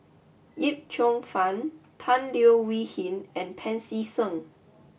Yip Cheong Fun Tan Leo Wee Hin and Pancy Seng